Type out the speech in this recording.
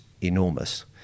enormous